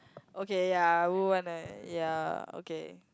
okay ya I would wanna ya okay